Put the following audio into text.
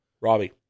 Robbie